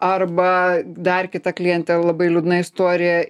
arba dar kita klientė labai liūdna istorija